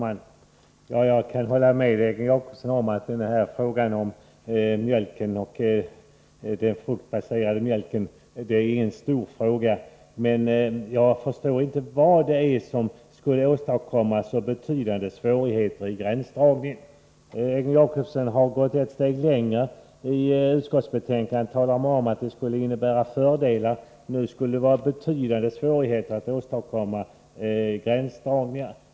Herr talman! Jag kan hålla med Egon Jacobsson om att frågan om mjölken och den fruktbaserade mjölken inte är någon stor fråga, men jag förstår inte vad det är som skulle åstadkomma så betydande svårigheter i gränsdragningen som han talar om. I utskottsbetänkandet talar man om att en ändring skulle innebära fördelar för de tillämpande myndigheterna. Nu säger Egon Jacobsson att det skulle innebära betydande svårigheter att åstadkomma gränsdragningar.